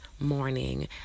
morning